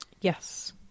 Yes